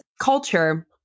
culture